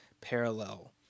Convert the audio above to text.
parallel